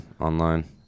Online